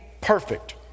Perfect